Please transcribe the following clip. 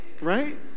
right